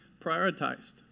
prioritized